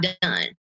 done